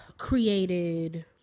created